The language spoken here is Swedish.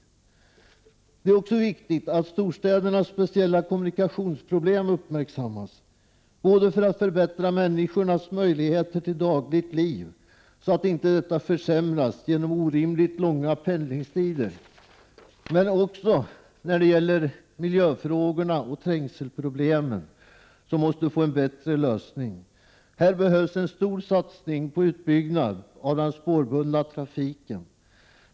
Det är också viktigt att storstädernas speciella kommunikationsproblem uppmärksammas för att människornas dagliga liv skall kunna förbättras — inte försämras genom orimligt långa pendlingstider. Men även miljöfrågorna och trängselproblemen måste få en bättre lösning. Det behövs därför en stor satsning på utbyggnad av den spårbundna trafiken.